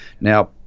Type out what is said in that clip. Now